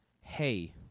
Hey